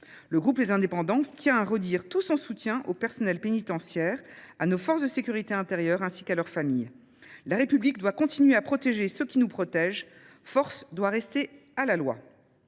Le groupe Les Indépendants tient à redire tout son soutien au personnel pénitentiaire, à nos forces de sécurité intérieures ainsi qu'à leurs familles. La République doit continuer à protéger ceux qui nous protègent. Force doit rester à la loi.